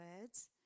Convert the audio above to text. words